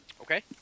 Okay